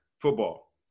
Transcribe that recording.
football